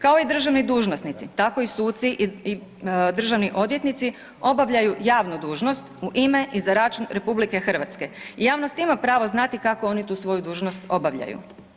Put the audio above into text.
Kao i državni dužnosnici, tako i suci i državni odvjetnici obavljaju javnu dužnost u ime i za račun RH i javnost ima pravo znati kako oni tu svoju dužnost obavljaju.